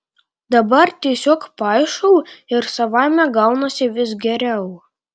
dabar tiesiog paišau ir savaime gaunasi vis geriau